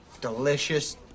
delicious